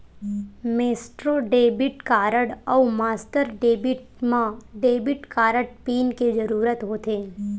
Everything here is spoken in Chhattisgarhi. मेसट्रो डेबिट कारड अउ मास्टर डेबिट म डेबिट कारड पिन के जरूरत होथे